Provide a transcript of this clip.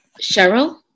Cheryl